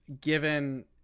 given